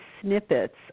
snippets